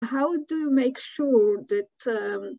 איך לוודא…